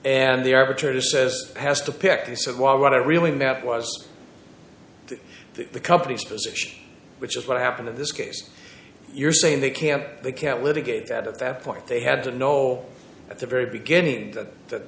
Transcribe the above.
says has to pick he said well what i really meant was that the company's position which is what happened in this case you're saying they can't they can't litigator that at that point they had to know at the very beginning that that